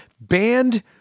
banned